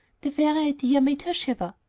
the very idea made her shiver.